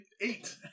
Eight